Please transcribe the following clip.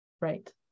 Right